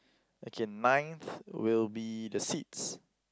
okay ninth will be the seats